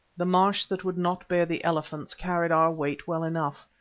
the marsh that would not bear the elephants carried our weight well enough.